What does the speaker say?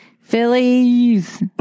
Phillies